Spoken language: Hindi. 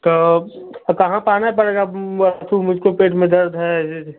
तो कहाँ पर आना पड़ेगा मुझको पेट में दर्द है